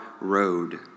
road